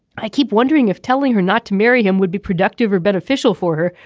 i keep wondering if telling her not to marry him would be productive or beneficial for her.